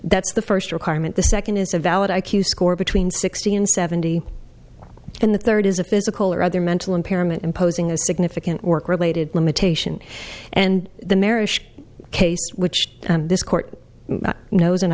that's the first requirement the second is a valid i q score between sixty and seventy and the third is a physical or other mental impairment imposing a significant work related limitation and the marish case which this court kno